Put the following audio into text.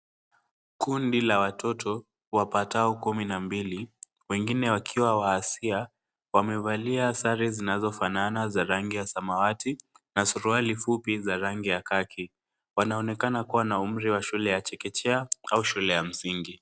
Kundi la watoto wapatao kumi na mbili wengine wakiwa wa asia wamevalia sare zinazofanana za rangi ya samawati na suruali fupi za rangi ya kaki. Wanaonekana kuwa na umri ya shule ya chekechea au shule ya msingi.